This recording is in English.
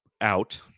out